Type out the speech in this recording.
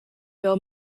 bill